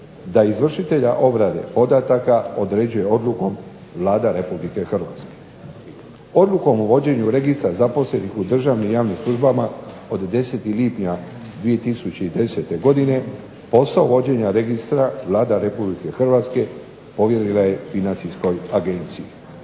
da izvršitelja obrade podataka određuje odlukom Vlada Republike Hrvatske. Odlukom o vođenju registra zaposlenih u državnim i javnim službama od 10. lipnja 2010. godine posao vođenja registra Vlada Republike Hrvatske povjerila je Financijskoj agenciji.